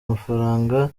mafaranga